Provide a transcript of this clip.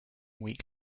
week